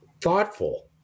thoughtful